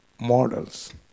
models